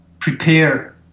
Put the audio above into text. prepare